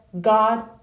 god